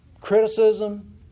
criticism